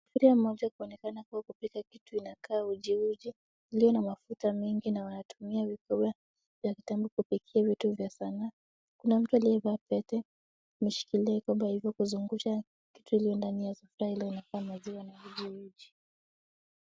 Sufuria moja kuonekana kuwa kupika kitu inakaa ujiuji iliyo na mafuta mingi na wanatumia vikombe vya kitambo kupikia vitu vya sanaa, kuna mtu aliyevaa pete akishikilia vikombe hivo akizungusha kitu iliyo ndani ya sufuria iliyokaa maziwa na ujiuji.